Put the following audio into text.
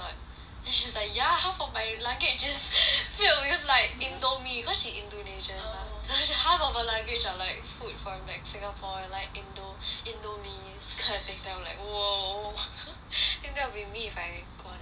then she's like ya half of my luggage just filled with like Indomie cause she indonesian mah half of her luggage are like food from like singapore and like indo Indomies kind of thing then I'm like !whoa! I think that will be me if I go on exchange too